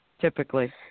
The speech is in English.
typically